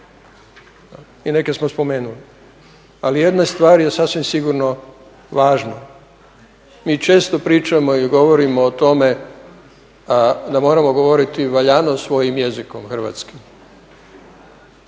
i neke smo spomenuli. Ali jedne stvari je sasvim sigurno važno, mi često pričamo i govorimo o tome da moramo govoriti valjano svojim jezikom hrvatskim,